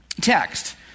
text